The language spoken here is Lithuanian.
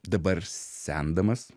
dabar sendamas